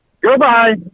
Goodbye